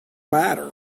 matter